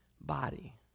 body